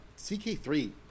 CK3